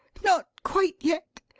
not quite yet.